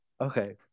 Okay